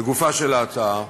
לגופה של ההצעה,